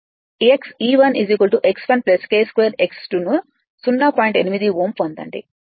8 Ω పొందండి